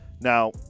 Now